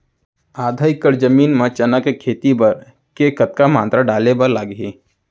आधा एकड़ जमीन मा चना के खेती बर के कतका मात्रा डाले बर लागही?